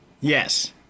yes